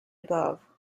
above